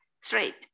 straight